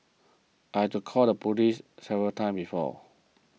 I had to call the police several times before